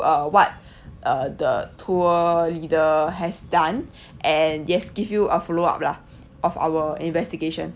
uh what uh the tour leader has done and yes give you a follow-up lah of our investigation